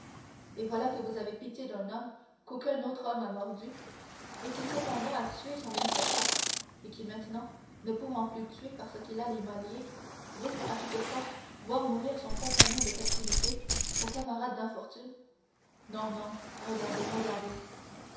et voilà que vous avez pitié d'un homme qu'aucun autre homme n'a mordu et qui cependant a tué son bienfaiteur et qui maintenant ne pouvant plus tuer parce qu'il a les mains liées veut à toute force voir mourir son compagnon de captivité son camarade d'infortune non non regardez regardez